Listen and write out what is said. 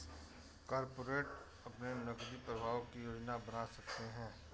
corporate अपने नकदी प्रवाह की योजना बना सकते हैं